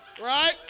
Right